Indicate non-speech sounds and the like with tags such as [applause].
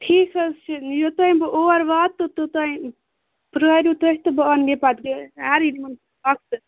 ٹھیٖک حظ چھُ یوٚتانۍ بہٕ اور واتہٕ تہٕ توٚتانی پرٛٲرِو تُہۍ تہٕ بہٕ اَنہٕ یہِ پَتہٕ گٔیہِ [unintelligible]